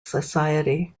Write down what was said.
society